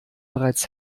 bereits